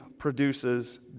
produces